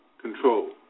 control